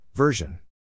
Version